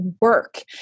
work